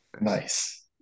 Nice